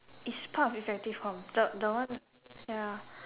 is part of effective com the the one ya